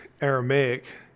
Aramaic